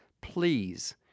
Please